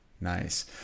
Nice